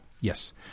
Yes